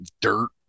dirt